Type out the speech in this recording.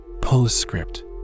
Postscript